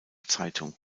zeitung